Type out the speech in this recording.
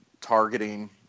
targeting